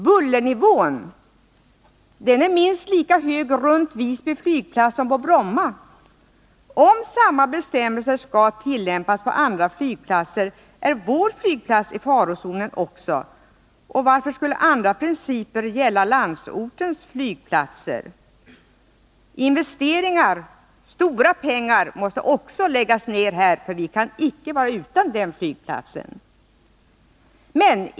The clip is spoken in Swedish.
Bullernivån är minst lika hög runt Visby flygplats som på Bromma. Om samma bestämmelser skall tillämpas även på alla andra flygplatser är också vår flygplats i farozonen. Och varför skulle andra principer gälla för landsortens flygplatser? Investeringar — stora pengar — måste läggas ned också här, eftersom vi icke kan vara utan vår flygplats.